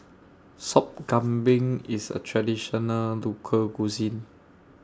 Sop Kambing IS A Traditional Local Cuisine